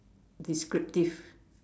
descriptive